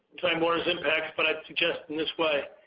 time warner's impact, but i'd suggest in this way,